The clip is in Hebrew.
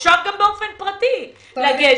אפשר גם באופן פרטי לגשת.